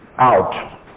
Out